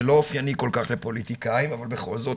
זה לא אופייני כל כך לפוליטיקאים אבל בכל זאת,